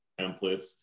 templates